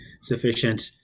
sufficient